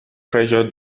pressure